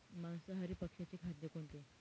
मांसाहारी पक्ष्याचे खाद्य कोणते?